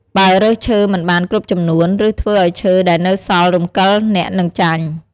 បើរើសឈើមិនបានគ្រប់ចំនួន ឬធ្វើឲ្យឈើដែលនៅសល់រំកិលអ្នកនឹងចាញ់។